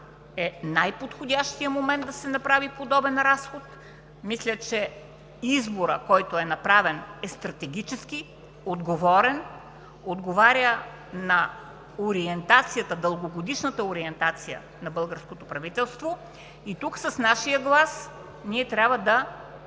е най-подходящият момент да се направи подобен разход. Мисля, че изборът, който е направен, е стратегически, отговорен, отговаря на дългогодишната ориентация на българското правителство. Тук с нашия глас ние трябва да